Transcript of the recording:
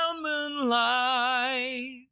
moonlight